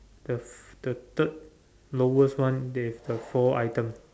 the f~ the third lowest one there is the four item